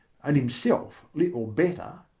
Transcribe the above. and himself little better,